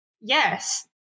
Yes